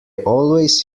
always